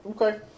Okay